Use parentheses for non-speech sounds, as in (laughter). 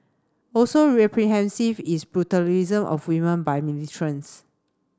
also (unintelligible) is brutalisation of women by (unintelligible)